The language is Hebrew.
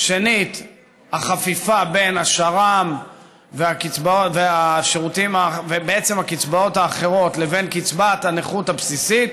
והחפיפה בין השר"ם והקצבאות האחרות לבין קצבת הנכות הבסיסית,